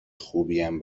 خوبیم